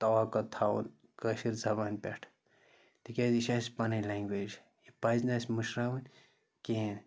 تَوَقع تھاوُن کٲشِر زَبانہِ پٮ۪ٹھ تِکیٛازِ یہِ چھےٚ اَسہِ پَنٕنۍ لینٛگویج یہِ پَزِ نہٕ اَسہِ مٔشراوٕنۍ کِہیٖنۍ